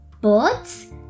birds